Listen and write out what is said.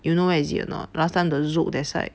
you know where is it or not last time the Zouk that side